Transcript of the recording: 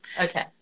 Okay